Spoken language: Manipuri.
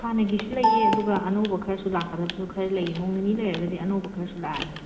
ꯍꯥꯟꯅꯒꯤꯁꯨ ꯂꯩꯌꯦ ꯑꯗꯨꯒ ꯑꯅꯧꯕ ꯈꯔꯁꯨ ꯂꯥꯛꯀꯗꯕꯁꯨ ꯈꯔ ꯂꯩꯌꯦ ꯅꯣꯡ ꯅꯤꯅꯤ ꯂꯩꯔꯒꯗꯤ ꯑꯅꯧꯕ ꯈꯔꯁꯨ ꯂꯥꯛꯂꯅꯤ